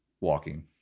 walking